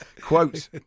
quote